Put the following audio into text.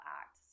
act